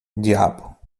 diabo